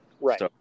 Right